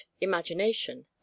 imagination